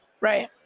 Right